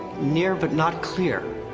near but not clear.